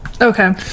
Okay